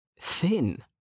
thin